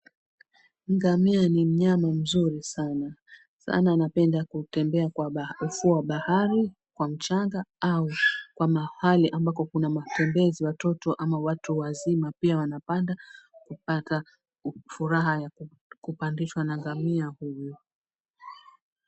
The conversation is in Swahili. Ngamia ni mnyama mzuri sana anapenda kutembea kwenye ufuo wa bahari kwa mchanga au kwa mahali ambapo kuana matembezi ya watoto au watu wa zima pia wanapanda kupata furaha yakupandishwa na ngamia huyu.